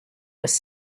was